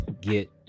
get